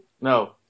no